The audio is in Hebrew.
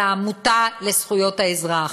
על האגודה לזכויות האזרח,